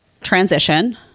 transition